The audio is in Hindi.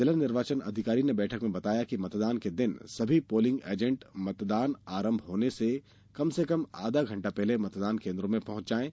जिला निर्वाचन अधिकारी ने बैठक में बताया कि मतदान के दिन सभी पोलिंग एजेंट मतदान आरंभ होने के कम से कम आधा घंटा पहले मतदान केंद्रों में पहँच जाएं